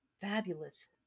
Fabulous